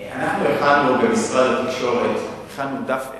הכנו במשרד התקשורת דף אחד,